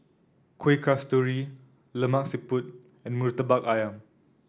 Kuih Kasturi Lemak Siput and murtabak ayam